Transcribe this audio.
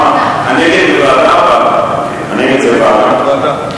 נגד זה ועדה.